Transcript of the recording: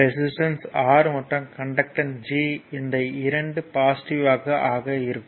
resistance R மற்றும் conductance G இந்த இரண்டும் பாசிட்டிவ்வாக ஆக இருக்கும்